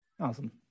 Awesome